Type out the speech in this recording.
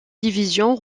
division